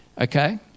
okay